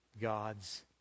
God's